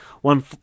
One